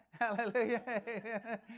Hallelujah